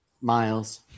miles